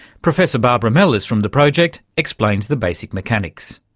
professor barbara mellers from the project explains the basic mechanics.